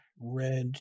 red